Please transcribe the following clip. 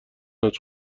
حاج